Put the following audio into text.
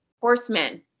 horsemen